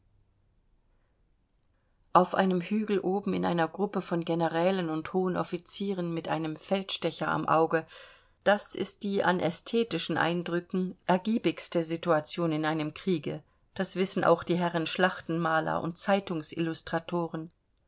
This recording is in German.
auf einem hügel oben in einer gruppe von generälen und hohen offizieren mit einem feldstecher am auge das ist die an ästhetischen eindrücken ergiebigste situation in einem kriege das wissen auch die herren schlachtenmaler und